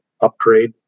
upgrade